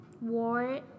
War